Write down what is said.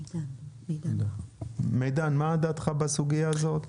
מידן, מה דעתך בסוגיה הזאת?